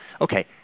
okay